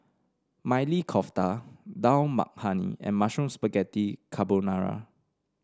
Maili Kofta Dal Makhani and Mushroom Spaghetti Carbonara